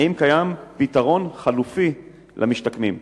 2. האם קיים פתרון חלופי למשתקמים?